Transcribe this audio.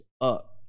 up